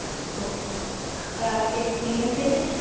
okay اور آپ کا ایکسپیرینس ہے کچھ